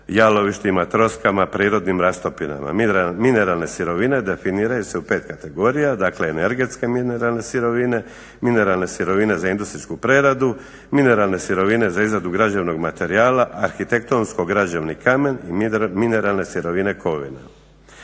… lovištima, troskama, prirodnim rastopinama. Mineralne sirovine definiraju se u pet kategorija, dakle energetske mineralne sirovine, mineralne sirovine za industrijsku preradu, mineralne sirovine za izradu građevnog materijala, arhitektonsko građevni kamen i mineralne sirovine kovine.